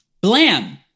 Blam